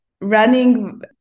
running